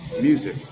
music